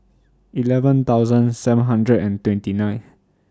eleven thousand seven hundred and twenty nine